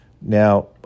Now